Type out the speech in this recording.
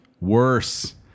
Worse